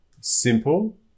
simple